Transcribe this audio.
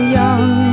young